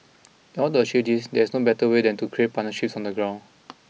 in order to achieve this there is no better way than to create partnerships on the ground